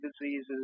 diseases